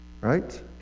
Right